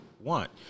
want